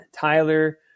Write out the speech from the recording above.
Tyler